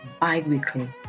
bi-weekly